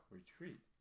Retreat